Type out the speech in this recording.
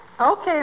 Okay